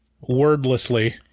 wordlessly